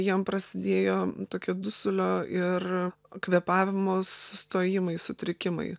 jam prasidėjo tokie dusulio ir kvėpavimo sustojimai sutrikimai